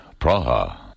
Praha